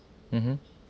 mmhmm